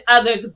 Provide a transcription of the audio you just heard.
others